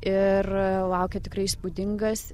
ir laukia tikrai įspūdingas